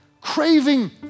craving